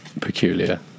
peculiar